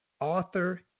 author